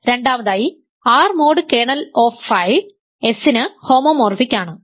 രണ്ടാമതായി R mod kernel of phi S ന് ഹോമോമോർഫിക്ക് ആണ്